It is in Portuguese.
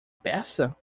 peça